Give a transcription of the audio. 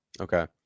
Okay